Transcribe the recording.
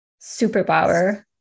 superpower